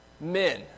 Men